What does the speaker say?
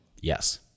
Yes